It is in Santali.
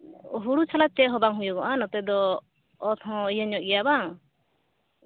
ᱦᱩᱲᱩ ᱪᱷᱟᱲᱟ ᱪᱮᱫᱦᱚᱸ ᱜᱮᱵᱟᱝ ᱦᱩᱭᱩᱜᱚᱜᱼᱟ ᱱᱚᱛᱮᱫᱚ ᱚᱛᱦᱚᱸ ᱤᱭᱟᱹ ᱧᱚᱜ ᱜᱮᱭᱟ ᱵᱟᱝ